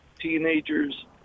teenagers